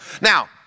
Now